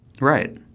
right